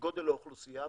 גודל האוכלוסייה,